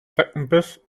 zeckenbiss